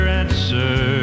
answer